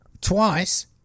Twice